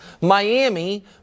Miami